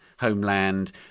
homeland